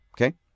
Okay